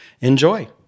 Enjoy